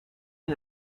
has